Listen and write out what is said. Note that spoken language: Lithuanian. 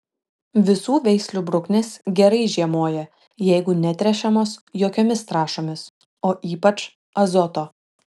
visų veislių bruknės gerai žiemoja jeigu netręšiamos jokiomis trąšomis o ypač azoto